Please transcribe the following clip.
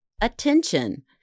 attention